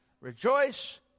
rejoice